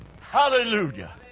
Hallelujah